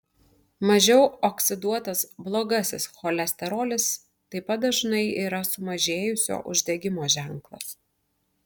mažiau oksiduotas blogasis cholesterolis taip pat dažnai yra sumažėjusio uždegimo ženklas